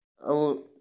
ଆଉ